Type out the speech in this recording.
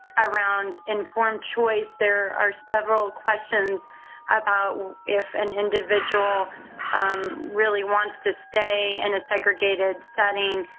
around informed choice. there are several questions about if an individual really wants to stay in a segregated setting,